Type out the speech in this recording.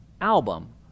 album